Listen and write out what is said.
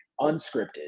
unscripted